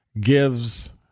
gives